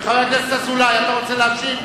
חבר הכנסת אזולאי, אתה רוצה להשיב?